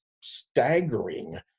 staggering